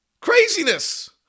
Craziness